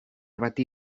bati